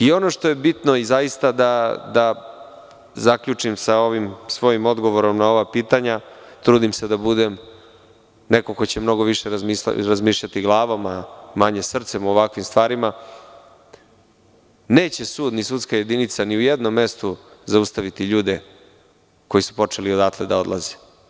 Ono što je bitno i zaista da zaključim sa ovim svojim dogovorom na ova pitanja, trudim se da budem neko ko će mnogo više razmišljati glavom, a manje srcem u ovakvim stvarima, neće sud ni sudska jedinica ni u jednom mestu zaustaviti ljude koji su počeli odatle da odlaze.